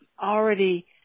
already